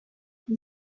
elle